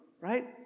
Right